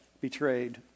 betrayed